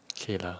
K lah